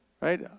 Right